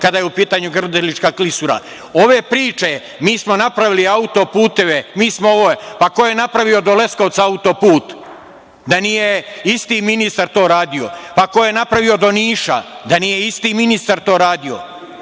kada je u pitanju Grdelička klisura. Ove priče – mi smo napravili autoputeve, pa ko je napravio do Leskovca autoput, da nije isti ministar to radio, pa ko je napravio do Niša, da nije isti ministar to radio,